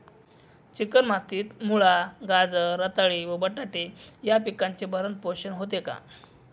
Chicken मातीत मुळा, गाजर, रताळी व बटाटे या पिकांचे भरण पोषण होते का?